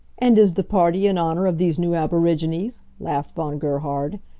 and is the party in honor of these new aborigines? laughed von gerhard.